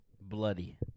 bloody